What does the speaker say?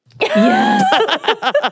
Yes